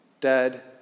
dead